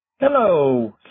Hello